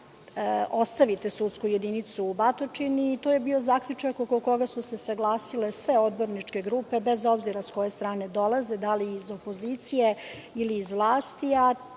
da ostavite sudsku jedinicu u Batočini. To je bio zaključak oko koga su se usaglasile sve odborničke grupe bez obzira sa koje strane dolaze, da li iz opozicije ili iz vlasti,